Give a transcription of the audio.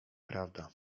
prawda